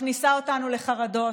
מכניסה אותנו לחרדות,